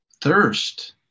thirst